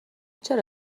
چرا